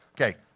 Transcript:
Okay